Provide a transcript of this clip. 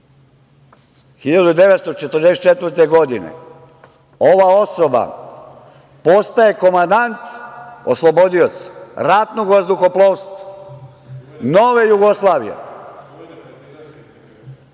1944. godine postaje komandant oslobodioc ratnog vazduhoplovstva nove Jugoslavije.